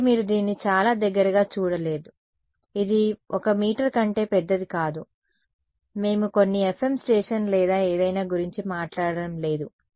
కాబట్టి మీరు దీన్ని చాలా దగ్గరగా చూడలేదు ఇది 1 మీటర్ కంటే పెద్దది కాదు మేము కొన్ని FM స్టేషన్ లేదా ఏదైనా గురించి మాట్లాడటం లేదు